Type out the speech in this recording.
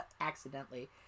accidentally